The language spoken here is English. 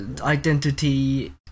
identity